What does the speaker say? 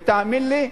ותאמין לי,